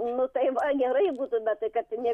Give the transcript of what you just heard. nu tai va gerai būtų na tai kad ne